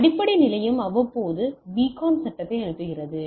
அடிப்படை நிலையம் அவ்வப்போது பெக்கான் சட்டத்தை அனுப்புகிறது